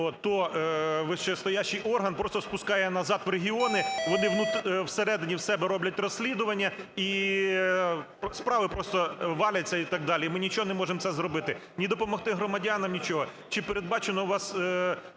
то вищестоящий орган просто спускає назад в регіони, вони всередині у себе роблять розслідування і справи просто валяться і так далі. Ми нічого не можемо зробити, ні допомогти громадянам, нічого. Чи передбачено вашою